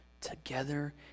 together